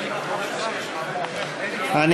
חברים, נא לשבת.